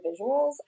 visuals